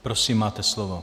Prosím, máte slovo.